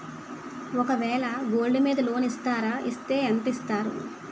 ఒక వేల గోల్డ్ మీద లోన్ ఇస్తారా? ఇస్తే ఎంత ఇస్తారు?